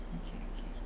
okay okay